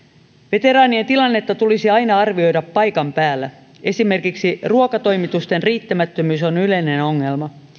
veteraanien tilannetta tulisi aina arvioida paikan päällä esimerkiksi ruokatoimitusten riittämättömyys on yleinen ongelma